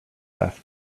left